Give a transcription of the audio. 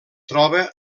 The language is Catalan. troba